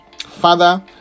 Father